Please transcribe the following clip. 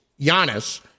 Giannis